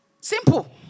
Simple